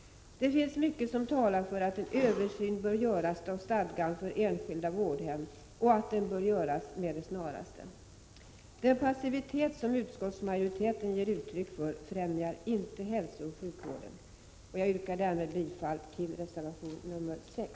Det finns mycket som talar för att en översyn bör göras av stadgan för enskilda vårdhem och att den bör göras med det snaraste. Den passivitet som utskottsmajoriteten ger uttryck för främjar inte hälsooch sjukvården. Jag yrkar bifall till reservation 6.